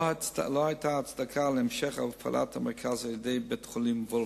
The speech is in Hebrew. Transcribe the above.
לא היתה הצדקה להמשך הפעלת המרכז על-ידי בית-החולים "וולפסון".